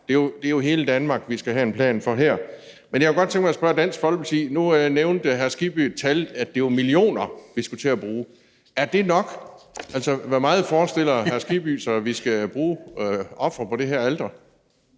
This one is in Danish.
det er jo hele Danmark, vi skal have en plan for her. Men jeg kunne godt tænke mig at spørge Dansk Folkeparti om noget. Nu nævnte hr. Hans Kristian Skibby et tal, i forhold til at det er millioner, vi skulle til at bruge. Er det nok? Altså, hvor meget forestiller hr. Hans Kristian Skibby sig vi skal ofre på det her alter?